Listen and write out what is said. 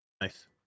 Nice